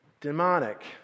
demonic